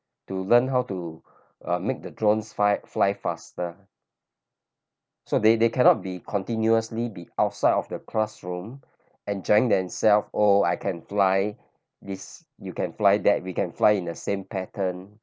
to learn how to make the drones fly fly faster so they they cannot be continuously be outside of the classroom enjoying themselves oh I can fly this you can fly that we can fly in the same pattern